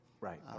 Right